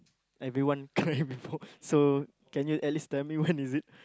everyone cry before so can you at least tell me when is it